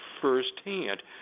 firsthand